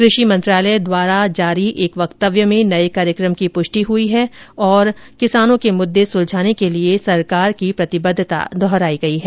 कृषि मंत्रालय द्वारा कल देर रात जारी एक वक्तव्य में नए कार्यक्रम की पुष्टि हुई और किसानों के मुद्दे सुलझाने के लिए सरकार की प्रतिबद्धता दोहराई गई है